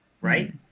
Right